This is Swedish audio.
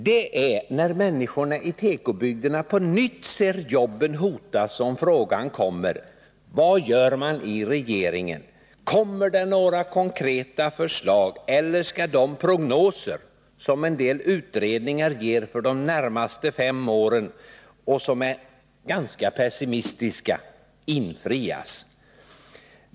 Det är när människorna i tekobygderna på nytt ser jobben hotas som frågan kommer: Vad gör man i regeringen? Kommer det några konkreta förslag eller skall de prognoser som en del utredningar ger för de närmaste fem åren och som är ganska pessimistiska visa sig vara riktiga?